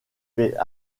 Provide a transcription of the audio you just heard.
fait